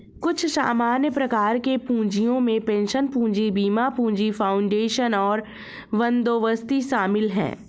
कुछ सामान्य प्रकार के पूँजियो में पेंशन पूंजी, बीमा पूंजी, फाउंडेशन और बंदोबस्ती शामिल हैं